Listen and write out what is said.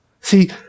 See